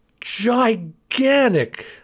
gigantic